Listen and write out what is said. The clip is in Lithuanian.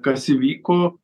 kas įvyko